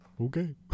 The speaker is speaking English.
okay